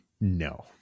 No